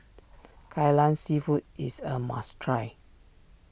Kai Lan Seafood is a must try